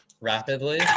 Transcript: rapidly